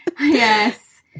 Yes